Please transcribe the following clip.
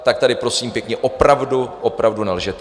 Tak tady, prosím pěkně, opravdu, opravdu nelžete.